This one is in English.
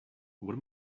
what